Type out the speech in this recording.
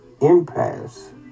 impasse